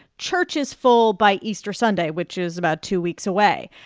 churches full by easter sunday, which is about two weeks away.